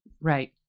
Right